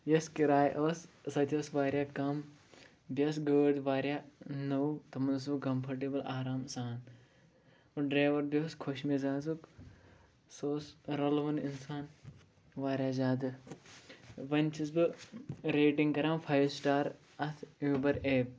یۄس کِراے ٲس سۄ تہِ ٲس واریاہ کَم بیٚیہِ ٲس گٲڑۍ واریاہ نٔو تمَن اوسُس بہٕ کَمفٲٹیبٕل آرام سان ڈرٛیوَر تہِ اوس خۄش مِزازُک سُہ اوس رَلوُن اِنسان واریاہ زیادٕ وۄنۍ چھَس بہٕ ریٹِنٛگ کَران فایِو سٹار اَتھ اوٗبَر ایپہِ